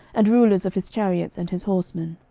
and rulers of his chariots, and his horsemen.